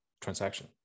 transaction